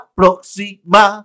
próxima